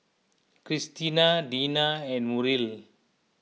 Cristina Deena and Muriel